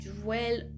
dwell